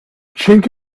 chink